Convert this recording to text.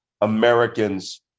Americans